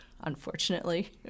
unfortunately